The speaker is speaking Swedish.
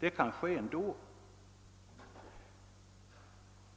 Det förekommer inte heller